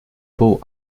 beaux